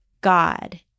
God